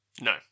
No